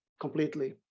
completely